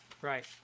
Right